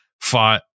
Fought